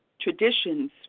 traditions